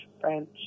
French